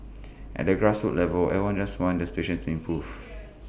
at the grassroots levels everyone just wants the situation to improve